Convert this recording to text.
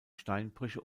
steinbrüche